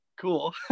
Cool